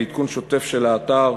לעדכון שוטף של האתר.